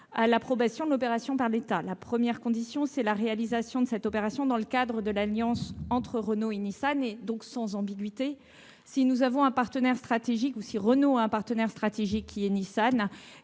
-à l'approbation de l'opération par l'État. La première condition, c'est la réalisation de cette opération dans le cadre de l'alliance entre Renault et Nissan. Il n'y a pas d'ambiguïté : si Renault a un partenaire stratégique qui est Nissan,